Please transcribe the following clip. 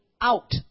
out